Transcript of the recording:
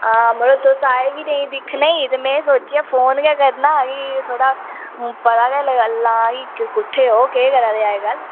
आं ते तुस आए गै नेईं दिक्खने ई ते में सोचेआ फोन गै करना हा भी बड़ा गै कुत्थें ओ केह् करा दे अज्जकल